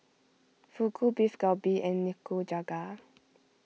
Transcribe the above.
Fugu Beef Galbi and Nikujaga